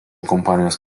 kompanijos